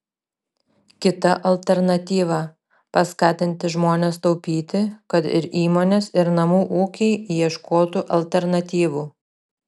kita alternatyva paskatinti žmones taupyti kad ir įmonės ir namų ūkiai ieškotų alternatyvų